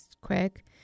quick